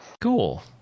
Cool